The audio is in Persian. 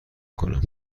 کنم